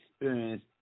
experience